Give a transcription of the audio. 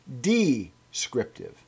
descriptive